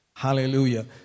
Hallelujah